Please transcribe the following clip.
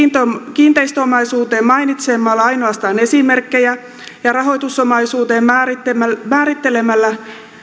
kiinteistöomaisuuteen mainitsemalla ainoastaan esimerkkejä ja rahoitusomaisuuteen määrittelemällä määrittelemällä